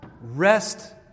rest